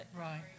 Right